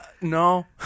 No